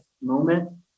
moment